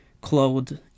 clothed